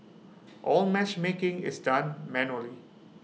all matchmaking is done manually